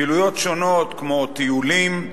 פעילויות שונות כמו טיולים,